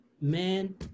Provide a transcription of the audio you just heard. man